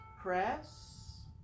Press